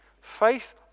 Faith